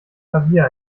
klavier